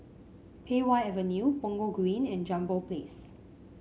Pei Wah Avenue Punggol Green and Jambol Place